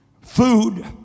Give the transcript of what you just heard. food